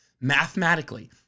mathematically